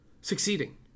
succeeding